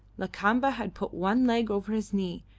lakamba had put one leg over his knee,